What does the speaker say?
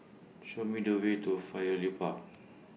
Show Me The Way to Firefly Park